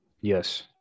Yes